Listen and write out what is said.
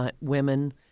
women